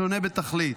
שונה בתכלית.